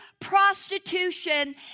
prostitution